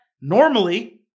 normally